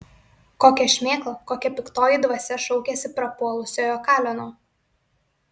kokia šmėkla kokia piktoji dvasia šaukiasi prapuolusiojo kaleno